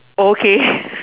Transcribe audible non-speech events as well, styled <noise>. okay <laughs>